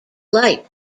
light